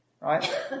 Right